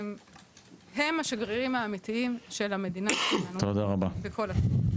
הם השגרירים האמיתיים של המדינה שלנו בכל הסיפור הזה,